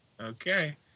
Okay